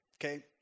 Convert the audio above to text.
okay